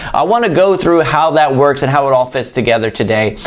i want to go through how that works and how it all fits together today.